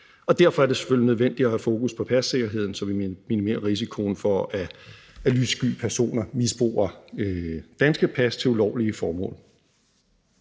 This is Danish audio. derfor er det selvfølgelig nødvendigt at have fokus på passikkerheden, så vi minimerer risikoen for, at lyssky personer misbruger danske pas til ulovlige formål.